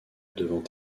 devant